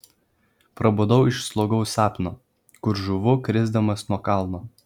prabudau iš slogaus sapno kur žūvu krisdamas nuo kalno